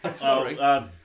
Sorry